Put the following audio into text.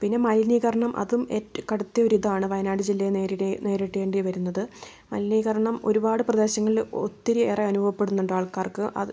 പിന്നെ മലിനീകരണം അതും കടുത്ത ഒരു ഇതാണ് വയനാട് ജില്ല നേരിടേണ്ടിവരുന്നത് മലിനീകരണം ഒരുപാട് പ്രദേശങ്ങളിൽ ഒത്തിരി ഏറെ അനുഭവപെടുന്നുണ്ട് ആൾക്കാർക്ക് അത്